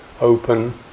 open